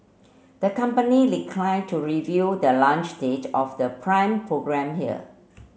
the company declined to review the launch date of the Prime program here